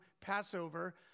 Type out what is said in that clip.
Passover